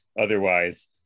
Otherwise